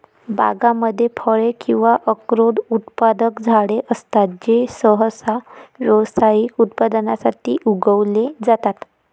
बागांमध्ये फळे किंवा अक्रोड उत्पादक झाडे असतात जे सहसा व्यावसायिक उत्पादनासाठी उगवले जातात